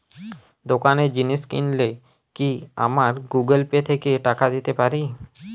দোকানে জিনিস কিনলে কি আমার গুগল পে থেকে টাকা দিতে পারি?